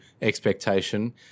expectation